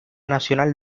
nacional